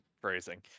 phrasing